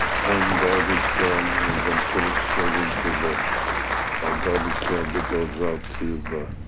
home, garbage can, and then put it straight into the ah garbage can that goes out to the